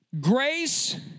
Grace